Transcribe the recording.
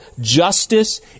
justice